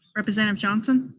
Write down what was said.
representative johnson?